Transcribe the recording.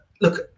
look